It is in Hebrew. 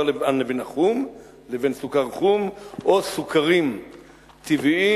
לבן לבין סוכר חום או סוכרים טבעיים,